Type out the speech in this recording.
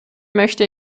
möchte